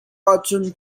ahcun